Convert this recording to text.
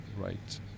Right